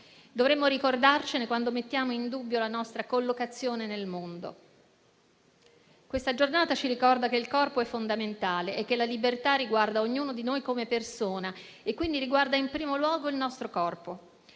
dovremmo ricordarcene quando mettiamo in dubbio la nostra collocazione nel mondo. Questa Giornata ci ricorda che il corpo è fondamentale e che la libertà riguarda ognuno di noi come persona e quindi, in primo luogo, riguarda il nostro corpo.